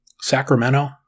Sacramento